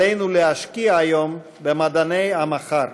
עלינו להשקיע היום במדעני המחר.